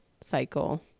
cycle